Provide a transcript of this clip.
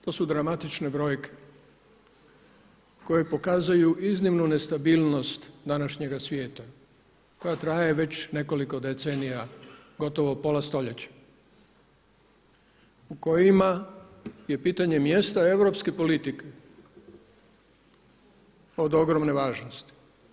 To su dramatične brojke koje pokazuju iznimnu nestabilnost današnjega svijeta koja traje već nekoliko decenija, gotovo pola stoljeća u kojima je pitanje mjesta europske politike od ogromne važnosti.